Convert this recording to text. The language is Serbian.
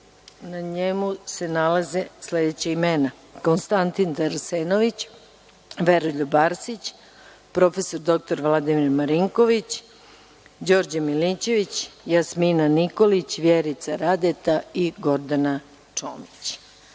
na njemu se nalaze sledeća imena: Konstantin Arsenović, Veroljub Arsić, prof. dr Vladimir Marinković, Đorđe Milićević, Jasmina Nikolić, Vjerica Radeta i Gordana Čomić. Pošto